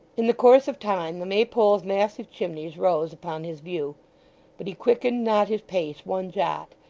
in the course of time, the maypole's massive chimneys rose upon his view but he quickened not his pace one jot,